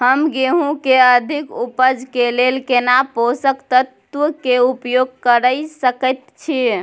हम गेहूं के अधिक उपज के लेल केना पोषक तत्व के उपयोग करय सकेत छी?